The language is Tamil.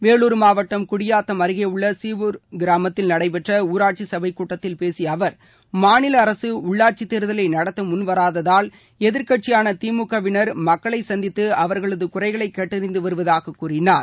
வேலூர் மாவட்டம் குடியாத்தம் அருகேயுள்ள சீவூர் கிராமத்தில் நடைபெற்ற ஊராட்சி சபைக் கூட்டத்தில் பேசிய அவர் மாநில அரசு உள்ளாட்சித் தேர்தலை நடத்த முன்வராததால் எதிர்க்கூட்சியான திமுகவினர் மக்களைச் சந்தித்து அவர்களது குறைகளைக் கேட்டறிந்து வருவதாகக் கூறினார்